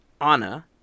Anna